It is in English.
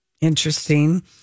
Interesting